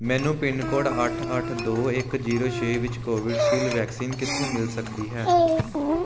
ਮੈਨੂੰ pin code ਅੱਠ ਅੱਠ ਦੋ ਇੱਕ ਜ਼ੀਰੋ ਛੇ ਵਿੱਚ ਕੋਵਿਸ਼ਿਲਡ ਵੈਕਸੀਨ ਕਿੱਥੋਂ ਮਿਲ ਸਕਦੀ ਹੈ